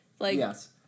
Yes